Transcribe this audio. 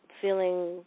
feeling